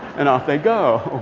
and off they go.